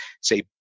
say